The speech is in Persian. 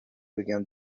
بگم